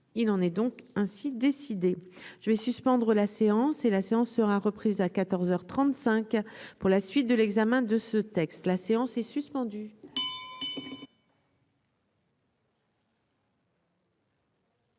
il en est donc ainsi décidé, je vais suspendre la séance et la séance sera reprise à 14 heures 35 pour la suite de l'examen de ce texte, la séance est suspendue.